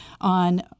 on –